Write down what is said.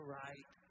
right